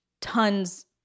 tons –